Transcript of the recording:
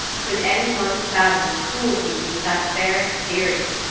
could any one fathom the cruelty beneath that fair exterior?